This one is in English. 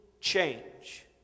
change